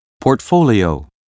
Portfolio